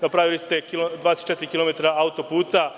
Napravili ste 24 kilometra auto-puta,